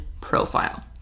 profile